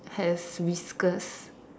has whiskers